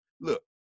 look